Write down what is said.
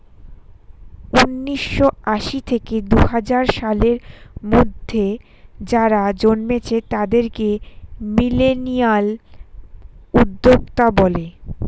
উন্নিশো আশি থেকে দুহাজার সালের মধ্যে যারা জন্মেছে তাদেরকে মিলেনিয়াল উদ্যোক্তা বলে